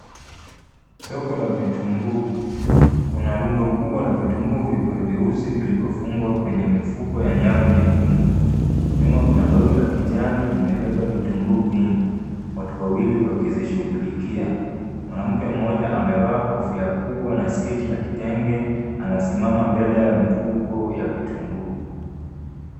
Soko la vitunguu. Kuna rundo kubwa la vitunguu vyeupe vyeusi, vilivyofungwa kwenye mifuko ya nyevu nyekundu. Nyuma kuna lori la kijani limebeba vitunguu vingi, watu wawili wakizishughulikia. Mwanamke mmoja amevaa kofia kubwa na sketi ya kitenge, anasimama mbele ya mifuko ya vitunguu.